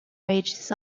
rages